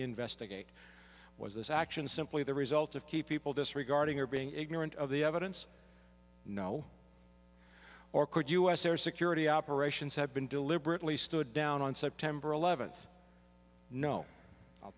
investigate was this action simply the result of key people disregarding or being ignorant of the evidence no or could u s or security operations have been deliberately stood down on september eleventh no i'll